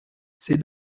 ces